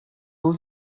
бул